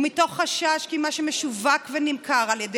מתוך חשש כי מה שמשווק ונמכר על ידי